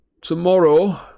Tomorrow